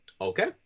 okay